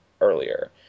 earlier